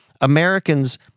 Americans